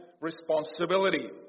responsibility